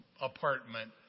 apartment